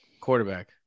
quarterback